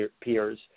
peers